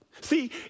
See